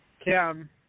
Kim